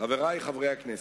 חברי חברי הכנסת,